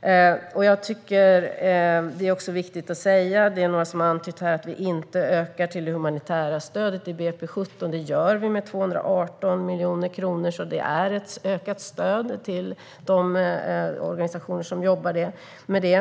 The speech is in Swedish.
Det är några som har antytt att vi inte ökar det humanitära stödet i budgetpropositionen för 2017, men det gör vi. Vi ökar det med 218 miljoner kronor, så det blir ett ökat stöd till de organisationer som jobbar med detta.